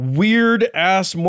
weird-ass